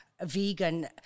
vegan